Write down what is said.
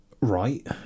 Right